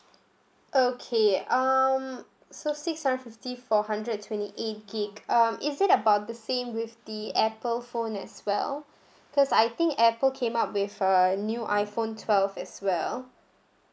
okay um so six hundred fifty for hundred and twenty eight gigabyte um is it about the same with the apple phone as well because I think apple came up with a new iPhone twelve as well